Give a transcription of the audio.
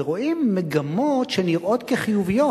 ורואים מגמות שנראות כחיוביות